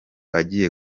agiye